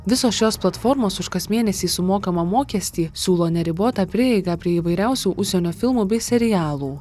visos šios platformos už kas mėnesį sumokamą mokestį siūlo neribotą prieigą prie įvairiausių užsienio filmų bei serialų